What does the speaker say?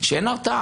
שאין הרתעה.